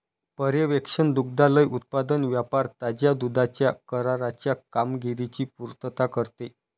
पर्यवेक्षण दुग्धालय उत्पादन व्यापार ताज्या दुधाच्या कराराच्या कामगिरीची पुर्तता करते